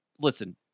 Listen